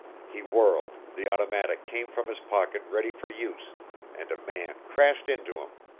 he whirled, the automatic came from his pocket ready for use and a man crashed into him.